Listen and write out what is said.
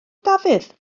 dafydd